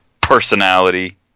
personality